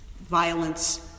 Violence